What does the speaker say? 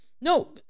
no